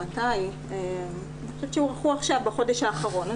אני חושבת שהוארכו בחודש האחרון,